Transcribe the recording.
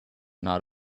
not